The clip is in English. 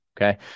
Okay